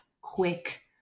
quick